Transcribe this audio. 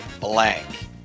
blank